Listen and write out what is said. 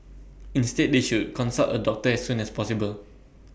instead they should consult A doctor as soon as possible